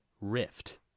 Rift